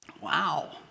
Wow